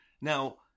Now